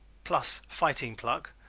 plus fighting pluck,